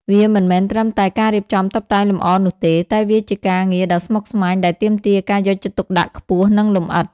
វាមិនមែនត្រឹមតែការរៀបចំតុបតែងលម្អនោះទេ តែវាជាការងារដ៏ស្មុគស្មាញដែលទាមទារការយកចិត្តទុកដាក់ខ្ពស់និងលម្អិត។